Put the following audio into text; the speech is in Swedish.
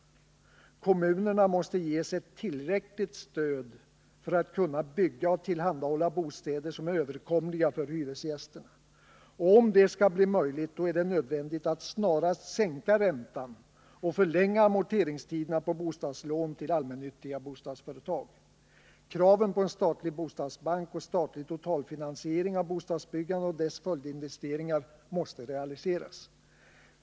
Kommunerna måste ges ett tillräckligt stöd för att kunna bygga och tillhandahålla bostäder som är överkomliga för hyresgästerna. Om det skall bli möjligt, är det nödvändigt att snarast sänka räntan och förlänga amorteringstiderna på bostadslån till allmännyttiga bostadsföretag. Kravet på en statlig bostadsbank och statlig totalfinansiering av bostadsbyggandet och dess följdinvesteringar måste realiseras.